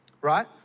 right